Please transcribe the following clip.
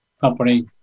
company